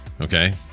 okay